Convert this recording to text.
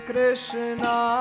Krishna